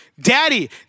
Daddy